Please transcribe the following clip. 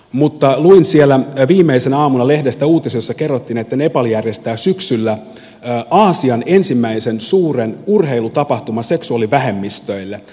mutta luin siellä viimeisenä aamuna lehdestä uutisen jossa kerrottiin että nepal järjestää syksyllä aasian ensimmäisen suuren urheilutapahtuman seksuaalivähemmistöille